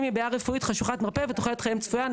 מבעיה רפואית חשוכת מרפא ותוחלת חייהם צפויה".